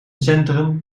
centrum